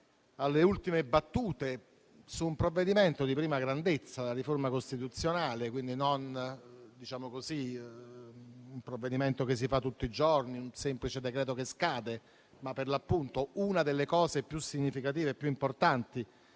alle ultime battute, su un provvedimento di prima grandezza, ossia la riforma costituzionale, quindi non un provvedimento che si fa tutti i giorni, un semplice decreto-legge in scadenza, ma una delle norme più significative e più importanti